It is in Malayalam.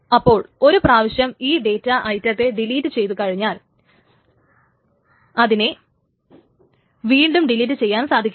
അപ്പോൾ ഒരു പ്രാവശ്യം ഈ ഡേറ്റ ഐറ്റത്തെ ഡെലീറ്റ് ചെയ്തു കഴിഞ്ഞാൽ അതിനെ വീണ്ടും ഡെലീറ്റ് ചെയ്യാൻ സാധിക്കില്ല